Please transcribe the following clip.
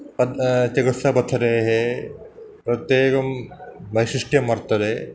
पदं चिकित्सापद्धतेः प्रत्येकं वैशिष्ट्यं वर्तते